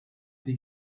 sie